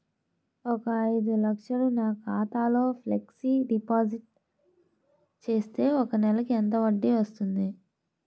ఒక ఐదు లక్షలు నా ఖాతాలో ఫ్లెక్సీ డిపాజిట్ చేస్తే ఒక నెలకి ఎంత వడ్డీ వర్తిస్తుంది?